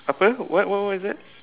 apa what what what is that